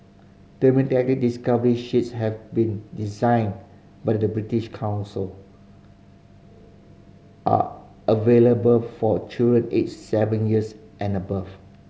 thematic discovery sheets have been designed by the British Council are available for children aged seven years and above